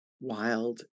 wild